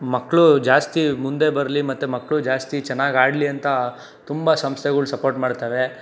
ಮಕ್ಕಳು ಜಾಸ್ತಿ ಮುಂದೆ ಬರಲಿ ಮತ್ತು ಮಕ್ಕಳು ಜಾಸ್ತಿ ಚೆನ್ನಾಗಾಡಲಿ ಅಂತ ತುಂಬ ಸಂಸ್ಥೆಗಳು ಸಪೋರ್ಟ್ ಮಾಡ್ತಾವೆ